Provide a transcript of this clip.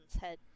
head